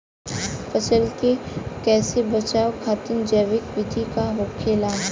फसल के कियेसे बचाव खातिन जैविक विधि का होखेला?